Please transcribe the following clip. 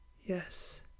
Yes